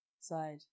side